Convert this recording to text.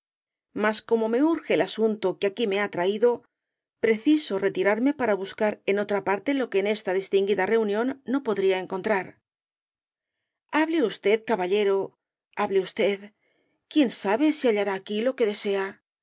mas como me urge el asunto que aquí me ha traído preciso retirarme para buscar en otra parte lo que en esta distinguida reunión no podría encontrar hable usted caballero hable usted quién sabe si hallará aquí lo que desea